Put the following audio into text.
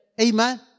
Amen